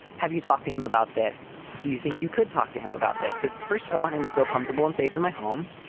have you talked to him about this? do you think you could talk to him about this? because. first, i want him to feel comfortable and safe in my home.